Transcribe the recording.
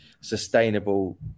sustainable